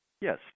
Yes